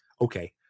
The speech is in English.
Okay